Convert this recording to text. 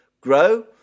grow